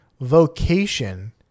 vocation